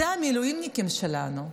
אלה המילואימניקים שלנו,